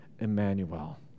Emmanuel